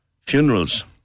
funerals